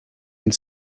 une